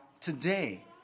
today